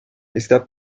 esta